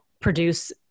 produce